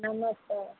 नमस्कार